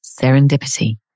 serendipity